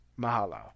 mahalo